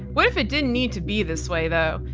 what if it didn't need to be this way, though?